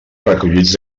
recollits